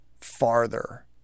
farther